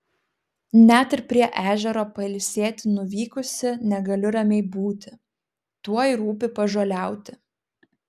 net ir prie ežero pailsėti nuvykusi negaliu ramiai būti tuoj rūpi pažoliauti